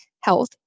Health